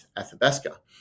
Athabasca